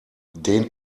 den